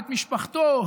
את משפחתו,